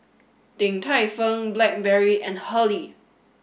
Din Tai Fung Blackberry and Hurley